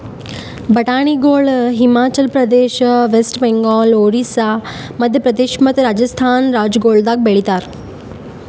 ಬಟಾಣಿಗೊಳ್ ಹಿಮಾಚಲ ಪ್ರದೇಶ, ವೆಸ್ಟ್ ಬೆಂಗಾಲ್, ಒರಿಸ್ಸಾ, ಮದ್ಯ ಪ್ರದೇಶ ಮತ್ತ ರಾಜಸ್ಥಾನ್ ರಾಜ್ಯಗೊಳ್ದಾಗ್ ಬೆಳಿತಾರ್